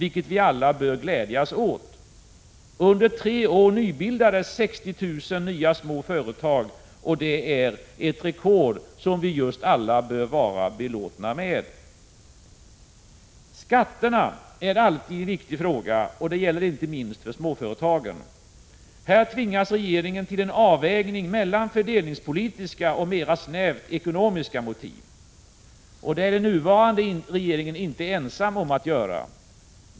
Under tre år har det bildats 60 000 nya småföretag, och det är ett rekord som vi alla bör vara belåtna med. Skatterna är alltid en viktig fråga. Här tvingas regeringen till en avvägning mellan fördelningspolitiska och mera snävt ekonomiska motiv. Det är den nuvarande regeringen inte ensam om att göra.